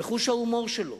וחוש ההומור שלו.